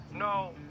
No